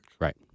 Right